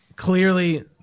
Clearly